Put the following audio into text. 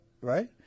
Right